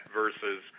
versus